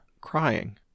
crying